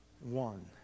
one